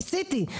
ניסיתי,